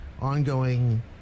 ongoing